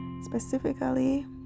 specifically